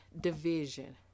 division